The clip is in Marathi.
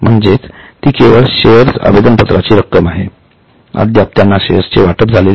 म्हणजे ती केवळ शेअर्स आवेदनपत्राची रक्कम आहे अद्याप त्यांना शेअर्स चे वाटप झालेले नाही